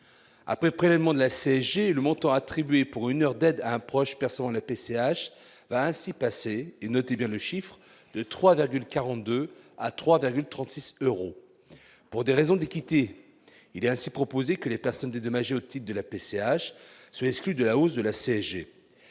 après prélèvement de la CSG, le montant attribué pour une heure d'aide un proche percevant la PCH passer et notez bien le chiffre de 3,42 à 3 David 36 euros pour des raisons d'équité, il est ainsi proposé que les personnes dédommager type de la PCH sont exclus de la hausse de la CSG